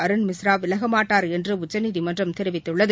அருண் மிஸ்ரா விலகமாட்டார் என்று உச்சநீதிமன்றம் தெரிவித்துள்ளது